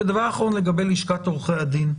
דבר האחרון, לגבי לשכת עורכי הדין: